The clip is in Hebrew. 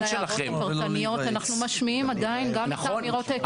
במקביל להערות הפרטניות אנחנו משמיעים עדיין גם את האמירות הכלליות.